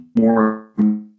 more